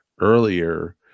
earlier